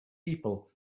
people